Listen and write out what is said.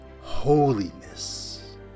holiness